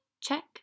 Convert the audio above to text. Check